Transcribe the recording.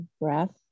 breath